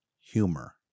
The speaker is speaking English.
humor